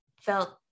felt